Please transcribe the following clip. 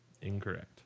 Incorrect